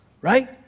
right